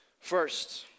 First